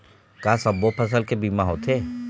का सब्बो फसल के बीमा होथे?